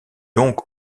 donc